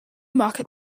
market